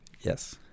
Yes